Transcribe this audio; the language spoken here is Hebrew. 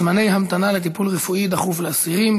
זמני המתנה לטיפול רפואי דחוף לאסירים.